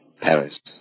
Paris